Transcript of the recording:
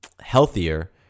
healthier